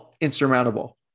insurmountable